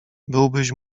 byłbyś